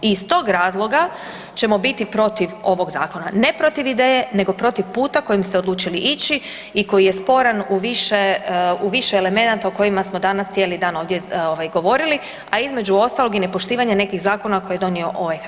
I iz tog razloga ćemo biti protiv ovog zakona, ne protiv ideje, nego protiv puta kojim ste odlučili ići i koji je sporan u više, u više elemenata o kojima smo danas cijeli dan ovdje ovaj govorili, a između ostalog i nepoštivanje nekih zakona koje je donio ovaj HS.